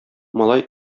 малай